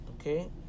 Okay